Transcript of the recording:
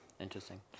Interesting